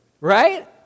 Right